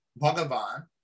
Bhagavan